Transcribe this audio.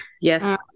Yes